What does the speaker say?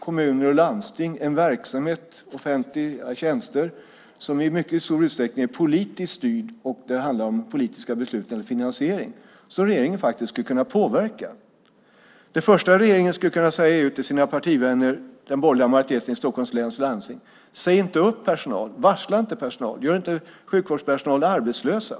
Kommuner och landsting har en verksamhet med offentliga tjänster som i mycket stor utsträckning är politiskt styrd och där det handlar om politiska beslut om finansiering som regeringen faktiskt skulle kunna påverka. Det första regeringen skulle kunna säga till sina partivänner i den borgerliga majoriteten i Stockholms läns landsting är: Säg inte upp personal! Varsla inte personal! Gör inte sjukvårdspersonal arbetslösa!